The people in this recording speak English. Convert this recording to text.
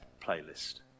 playlist